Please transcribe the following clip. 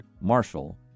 Marshall